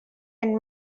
and